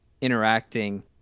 interacting